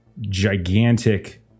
gigantic